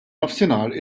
nofsinhar